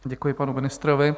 Děkuji panu ministrovi.